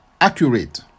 accurate